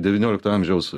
devyniolikto amžiaus